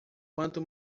quanto